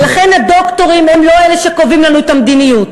ולכן הדוקטורים הם לא אלה שקובעים לנו את המדיניות.